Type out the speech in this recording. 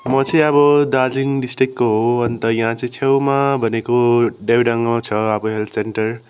म चाहिँ अब दार्जिलिङ डिस्ट्रिकको हो अन्त यहाँ चाहिँ छेउमा भनेको देविडाङ्गामा छ अब हेल्थ सेन्टर